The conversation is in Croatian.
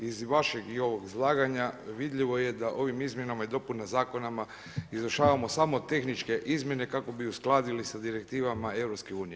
Iz vašeg i ovog izlaganja vidljivo je da ovim izmjenama i dopunama zakonu izvršavamo samo tehničke izmjene kako bi uskladili sa direktivama EU.